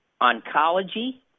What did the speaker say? oncology